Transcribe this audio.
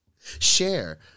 Share